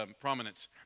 prominence